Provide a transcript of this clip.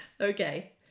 Okay